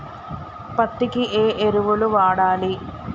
పత్తి కి ఏ ఎరువులు వాడాలి?